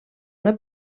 una